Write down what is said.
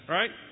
right